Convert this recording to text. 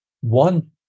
One